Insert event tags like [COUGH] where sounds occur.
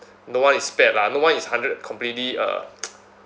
no one is spared lah no one is hundred completely uh [NOISE]